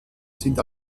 sind